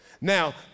Now